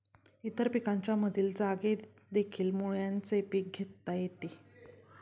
इतर पिकांच्या मधील जागेतदेखील मुळ्याचे पीक घेता येते